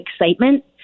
excitement